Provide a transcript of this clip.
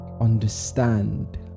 understand